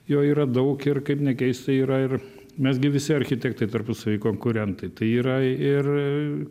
jo yra daug ir kaip nekeista yra ir mes gi visi architektai tarpusavy konkurentai tai yra ir